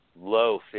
low